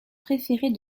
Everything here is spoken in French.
préférées